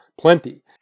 Plenty